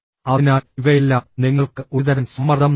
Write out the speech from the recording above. അതിനാൽ ഇവയെല്ലാം നിങ്ങൾക്ക് ഒരുതരം സമ്മർദ്ദം നൽകുന്നു